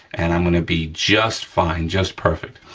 and i'm gonna be just fine, just perfect.